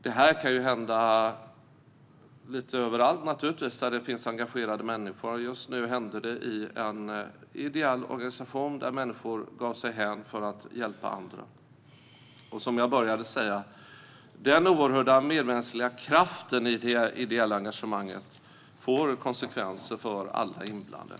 Detta kan hända lite överallt där det finns engagerade människor, men då hände det i en ideell organisation där människor gav sig hän för att hjälpa andra. Som jag började med säga: Den oerhörda medmänskliga kraften i det ideella engagemanget får konsekvenser för alla inblandade.